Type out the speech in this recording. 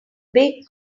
big